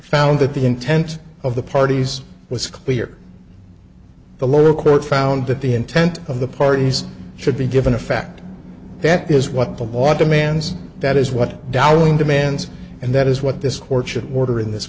found that the intent of the parties was clear the lower court found that the intent of the parties should be given a fact that is what the law demands that is what dowling demands and that is what this torture order in this